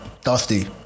dusty